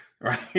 Right